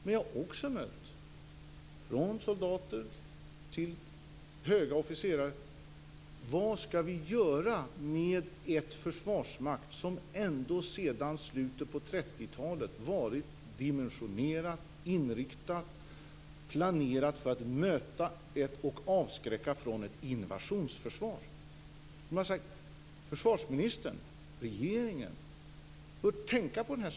Men jag har också mött från såväl soldater som höga officerare: Vad skall vi göra med en försvarsmakt som sedan slutet av 1930-talet varit dimensionerat, inriktat och planerat för att möta och avskräcka från ett invasionsförsvar? Man har sagt att försvarsministern och regeringen bör tänka på den saken.